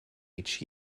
each